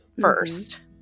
first